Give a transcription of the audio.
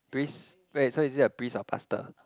priest wait so is it a priest or pastor